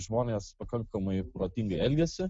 žmonės pakankamai protingai elgiasi